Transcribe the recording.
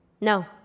No